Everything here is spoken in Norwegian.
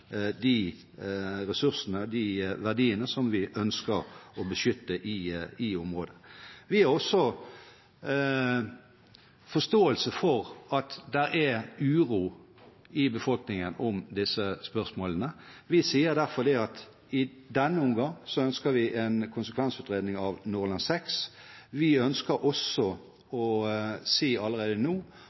de ressursene og de verdiene som vi ønsker å beskytte i området. Vi har også forståelse for at det er uro i befolkningen omkring disse spørsmålene. Vi sier derfor at i denne omgang ønsker vi en konsekvensutredning av Nordland VI. Vi ønsker også å si allerede nå